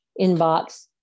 inbox